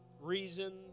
reason